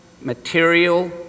material